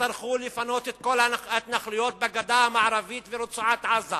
יצטרכו לפנות את כל ההתנחלויות בגדה המערבית ורצועת-עזה,